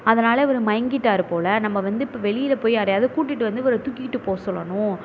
அதனால் இவர் மயங்கிவிட்டாரு போல் நம்ம வந்து இப்போ வெளியில் போய் யாரையாவது கூட்டிட்டு வந்து இவரை தூக்கிக்கிட்டு போக சொல்லணும்